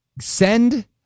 send